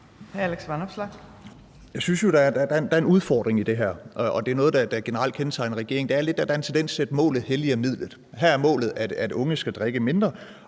Jeg synes jo, der er en udfordring i det her – og det er noget, der generelt kendetegner regeringen: Der er lidt en tendens til, at målet helliger midlet. Her er målet, at unge skal drikke mindre,